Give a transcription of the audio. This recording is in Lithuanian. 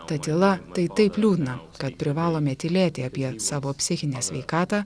ta tyla tai taip liūdna kad privalome tylėti apie savo psichinę sveikatą